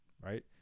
right